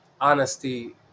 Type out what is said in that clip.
honesty